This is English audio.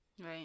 Right